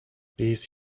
these